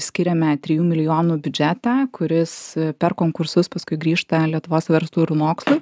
skiriame trijų milijonų biudžetą kuris per konkursus paskui grįžta lietuvos verslui ir mokslui